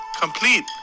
complete